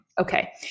Okay